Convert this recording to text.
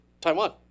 Taiwan